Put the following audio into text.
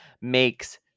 makes